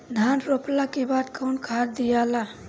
धान रोपला के बाद कौन खाद दियाला?